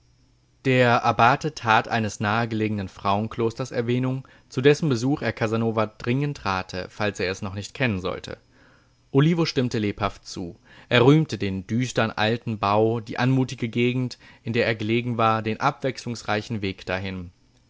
der abbate tat eines nahegelegenen frauenklosters erwähnung zu dessen besuch er casanova dringend rate falls er es noch nicht kennen sollte olivo stimmte lebhaft zu er rühmte den düstern alten bau die anmutige gegend in der er gelegen war den abwechslungsreichen weg dahin